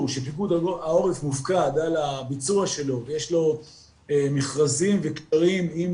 שפיקוד העורף מופקד על הביצוע שלו ויש לו מכרזים וקשרים עם